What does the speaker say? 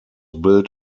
built